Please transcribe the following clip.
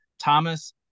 Thomas